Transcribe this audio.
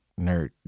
nerd